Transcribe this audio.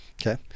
Okay